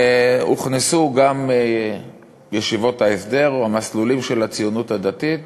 הוכנסו גם ישיבות ההסדר או המסלולים של הציונות הדתית,